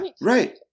Right